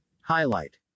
highlight